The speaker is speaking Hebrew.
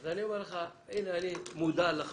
אני 15 שנה בכנסת.